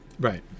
Right